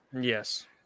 Yes